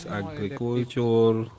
agriculture